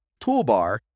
toolbar